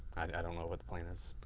i don't know what the plan is.